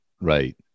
Right